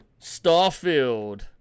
Starfield